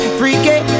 freaky